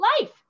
life